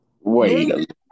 Wait